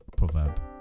proverb